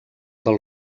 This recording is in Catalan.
del